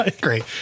Great